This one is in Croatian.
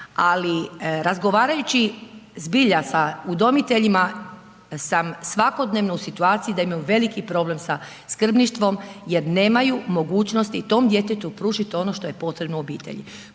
Ali, razgovarajući zbilja sa udomiteljima sam svakodnevno u situaciji da imaju veliki problem sa skrbništvom jer nemaju mogućnosti tom djetetu pružiti ono što je potrebno u obitelji.